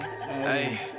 hey